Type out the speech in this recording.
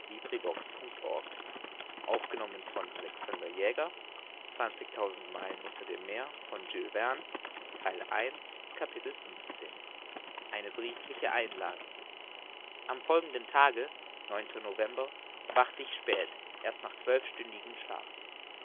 eine briefliche einladung am folgenden tage november erwachte ich spät erst nach zwölfstündigem schlaf